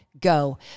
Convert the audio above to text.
go